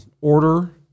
order